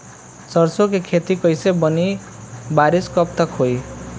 सरसों के खेती कईले बानी बारिश कब तक होई?